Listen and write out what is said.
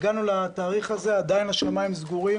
הגענו לתאריך הזה ועדיין השמים סגורים